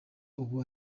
ubu